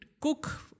cook